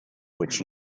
which